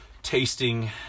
tasting